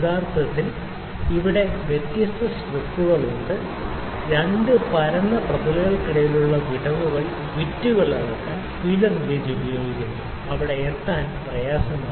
യഥാർത്ഥത്തിൽ ഇവിടെ വ്യത്യസ്ത സ്ട്രിപ്പുകൾ ഉണ്ട് രണ്ട് പരന്ന പ്രതലങ്ങൾക്കിടയിലുള്ള വിടവ് ബിറ്റുകൾ അളക്കാൻ ഫീലർ ഗേജ് ഉപയോഗിക്കുന്നു അവിടെ എത്താൻ പ്രയാസമാണ്